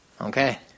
Okay